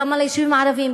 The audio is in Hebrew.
כמה ליישובים הערביים,